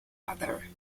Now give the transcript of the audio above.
other